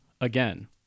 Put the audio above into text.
again